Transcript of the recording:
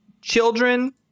children